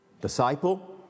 disciple